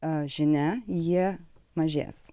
o žinia jie mažės